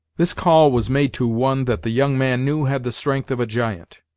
this call was made to one that the young man knew had the strength of a giant.